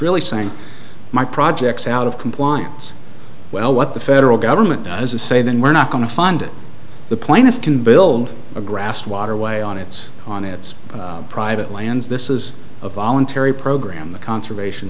really saying my projects out of compliance well what the federal government does is say then we're not going to fund the plaintiff can build a grass waterway on its on its private lands this is a voluntary program the conservation